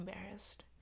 embarrassed